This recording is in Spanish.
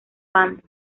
banda